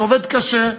שעובד קשה,